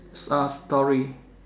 uh story